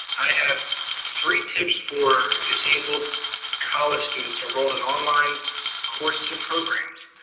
i have three tips for disabled college students enrolled in online courses and programs.